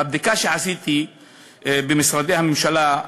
בבדיקה שעשיתי במשרדי ממשלה,